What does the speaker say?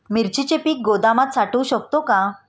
मिरचीचे पीक गोदामात साठवू शकतो का?